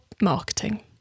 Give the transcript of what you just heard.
marketing